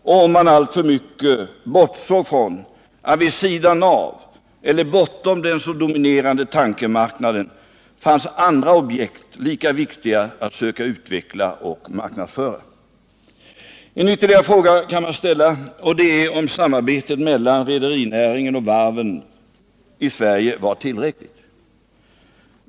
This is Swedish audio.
Bortsåg man alltför mycket från att det vid sidan av eller bortom den så dominerande tankermarknaden fanns andra objekt, lika viktiga att söka utveckla och marknadsföra? Ytterligare en fråga kan man ställa, och det är om samarbetet mellan rederinäringen och varven i Sverige var tillräckligt.